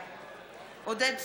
בעד עודד פורר,